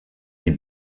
die